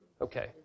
Okay